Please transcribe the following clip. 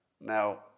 Now